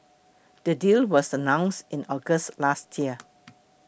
the deal was announced in August last year